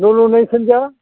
न' लुनायखौनो जा